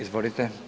Izvolite.